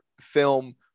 film